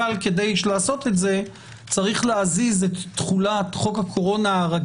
אבל כדי לעשות את זה צריך להזיז את תחולת חוק ההיוועדות